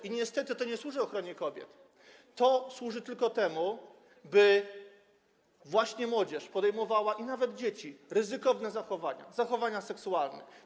I niestety to nie służy ochronie kobiet, to służy tylko temu, by właśnie młodzież podejmowała, nawet dzieci, ryzykowne zachowania, zachowania seksualne.